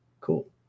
Cool